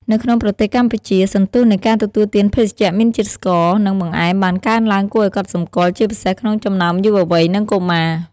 នៅក្នុងប្រទេសកម្ពុជា សន្ទុះនៃការទទួលទានភេសជ្ជៈមានជាតិស្ករ និងបង្អែមបានកើនឡើងគួរឱ្យកត់សម្គាល់ ជាពិសេសក្នុងចំណោមយុវវ័យនិងកុមារ។